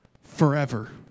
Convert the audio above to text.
forever